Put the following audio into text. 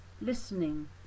listening